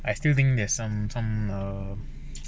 I still think there's some some err